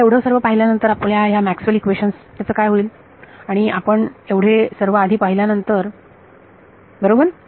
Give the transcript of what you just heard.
आता एवढे सर्व पाहिल्यानंतर आपल्या ह्या मॅक्सवेल इक्वेशन्सMaxwell's equation ते काय होईल आणि आपण पण एवढे सर्व आधी पाहिल्यानंतर बरोबर